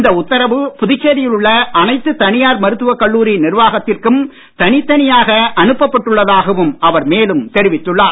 இந்த உத்தரவு புதுச்சேரியில் உள்ள அனைத்து தனியார் மருத்துவ கல்லூரி நிர்வாகத்திற்கும் தனித்தனியாக அனுப்பப்பட்டுள்ளதாகவும் அவர் மேலும் தெரிவித்துள்ளார்